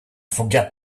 forget